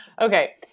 Okay